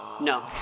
No